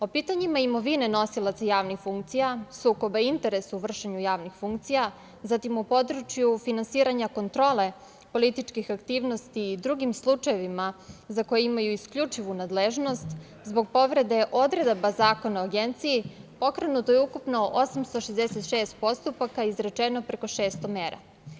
O pitanjima imovine nosilaca javnih funkcija, sukoba interesa u vršenju javnih funkcija, zatim u području finansiranja kontrole političkih aktivnosti i drugim slučajevima, za koje imaju isključivu nadležnost, zbog povrede odredaba Zakona o Agenciji pokrenuto je ukupno 866 postupaka, a izrečeno preko 600 mera.